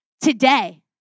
today